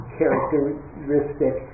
characteristic